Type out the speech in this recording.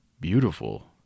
beautiful